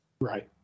Right